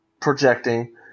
projecting